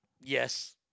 Yes